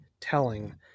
telling